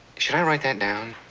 should i write that down?